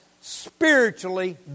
spiritually